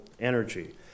energy